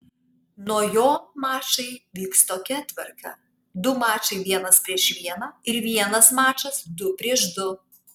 nuo jo mačai vyks tokia tvarka du mačai vienas prieš vieną ir vienas mačas du prieš du